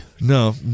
No